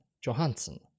Johansson